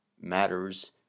matters